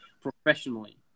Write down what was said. professionally